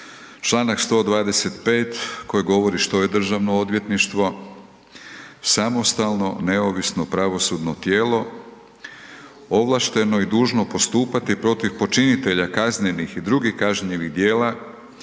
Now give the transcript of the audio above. čl. 125. koji govori što je Državno odvjetništvo, samostalno, neovisno pravosudno tijelo ovlašteno i dužno postupati protiv počinitelja kaznenih i drugih kažnjivih djela,